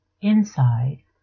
inside